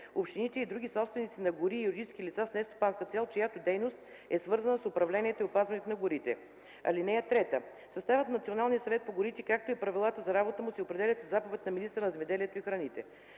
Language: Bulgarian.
общините и други собственици на гори и юридически лица с нестопанска цел, чиято дейност е свързана с управлението и опазването на горите. (3) Съставът на Националния съвет по горите, както и правилата за работата му се определят със заповед на министъра на земеделието и храните.